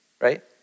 right